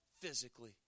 physically